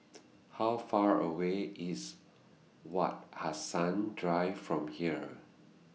How Far away IS Wak Hassan Drive from here